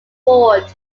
board